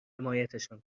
حمایتشان